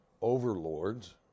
overlords